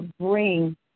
bring